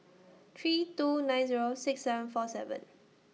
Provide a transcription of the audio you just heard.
three two nine Zero six seven four seven